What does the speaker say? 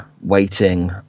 waiting